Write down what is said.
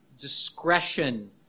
discretion